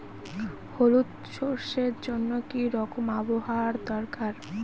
হলুদ সরষে জন্য কি রকম আবহাওয়ার দরকার?